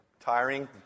Tiring